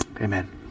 Amen